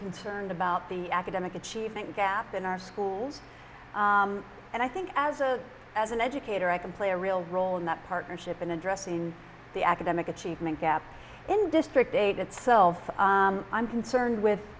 concerned about the academic achievement gap in our schools and i think as a as an educator i can play a real role in that partnership in addressing the academic achievement gap in district eight itself i'm concerned with